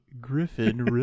Griffin